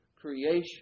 creation